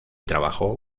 trabajó